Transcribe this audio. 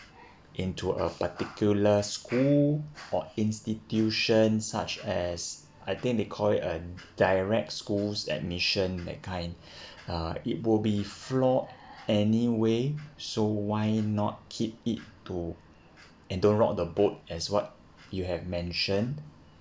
into a particular school or institutions such as I think they call it um direct schools admission that kind uh it will be flawed anyway so why not keep it to and don't rock the boat as what you have mentioned